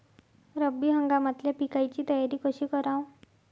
रब्बी हंगामातल्या पिकाइची तयारी कशी कराव?